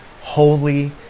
holy